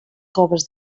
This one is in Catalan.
coves